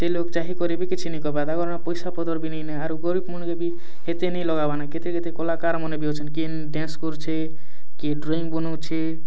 ଛେ ଲୋକ ଚାହିଁକରି ବି କିଛି ନାଇଁ କରିବା ତାଙ୍କର ପଇସା ପତର ବି ନାଁଇଁ ନାଁ ଆରୁ ଗରିବମାନକେ ବି ହେତେ ନାଇଁ ଲଗାବାନା କେତେ କେତେ କଳାକାର ମାନେ ବି ଅଛନ କିଏ ଡାନ୍ସ କରୁଛେ କିଏ ଡ୍ରଇଂ ବନାଉଛେ